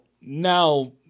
now